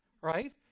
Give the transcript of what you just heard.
Right